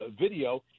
video